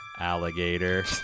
alligator